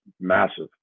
massive